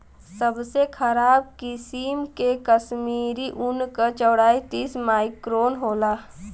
सबसे खराब किसिम के कश्मीरी ऊन क चौड़ाई तीस माइक्रोन होला